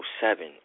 seven